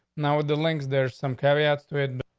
now, with the links there, some carry outs to it.